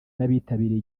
n’abitabiriye